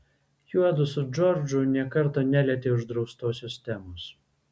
juodu su džordžu nė karto nelietė uždraustosios temos